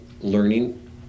learning